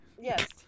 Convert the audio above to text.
Yes